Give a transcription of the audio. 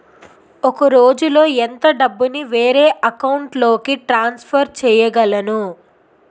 ఒక రోజులో ఎంత డబ్బుని వేరే అకౌంట్ లోకి ట్రాన్సఫర్ చేయగలను?